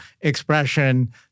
expression